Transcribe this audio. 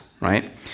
right